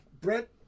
Brett